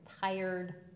tired